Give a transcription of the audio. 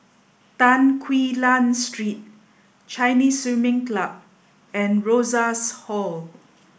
Tan Quee Lan Street Chinese Swimming Club and Rosas Hall